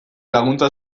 laguntza